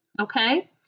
Okay